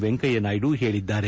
ವೆಂಕಯ್ಲನಾಯ್ಡು ಹೇಳಿದ್ದಾರೆ